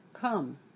come